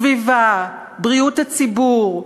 סביבה, בריאות הציבור?